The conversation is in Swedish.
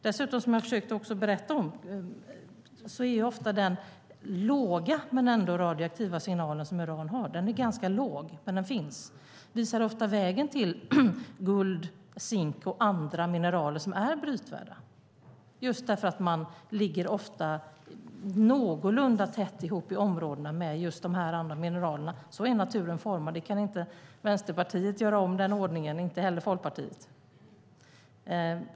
Dessutom är ofta, som jag försökte berätta, den radioaktiva signal som uran har ganska låg, men den finns och visar ofta vägen till guld, zink och andra mineraler som är brytvärda just därför att de ligger någorlunda tätt ihop i områdena. Så är naturen formad. Den ordningen kan inte Vänsterpartiet göra om, inte heller Folkpartiet.